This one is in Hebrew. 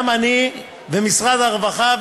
גם אני ומשרד הרווחה,